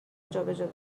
جابجا